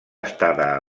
estada